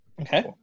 Okay